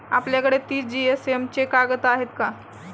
आपल्याकडे तीस जीएसएम चे कागद आहेत का?